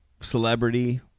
celebrity